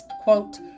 quote